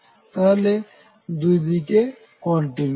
তারমানে দুই দিকে কন্টিনিউয়াস